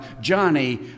Johnny